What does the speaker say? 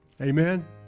Amen